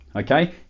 Okay